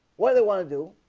what do they want to do.